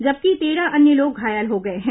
जबकि तेरह अन्य लोग घायल हो गए हैं